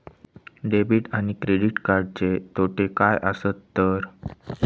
Debit आणि credit कार्डचे तोटे काय आसत तर?